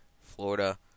Florida